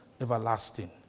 everlasting